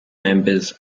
members